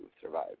survive